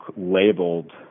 labeled